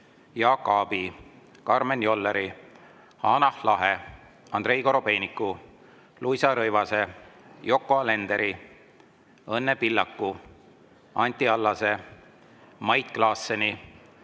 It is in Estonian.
Jaak Aabi, Karmen Jolleri, Hanah Lahe, Andrei Korobeiniku, Luisa Rõivase, Yoko Alenderi, Õnne Pillaku, Anti Allase, Mait Klaasseni,